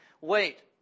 wait